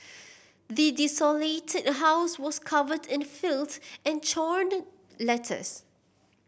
the desolated house was covered in filth and torn letters